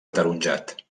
ataronjat